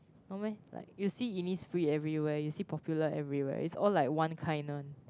no meh like you see Innisfree everywhere you see Popular everywhere is all like one kind one